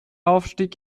aufstieg